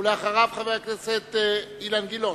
ואחריו, חבר הכנסת אילן גילאון.